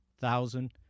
thousand